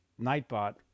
Nightbot